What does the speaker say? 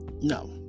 No